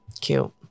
Cute